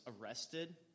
arrested